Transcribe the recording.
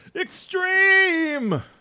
Extreme